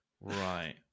Right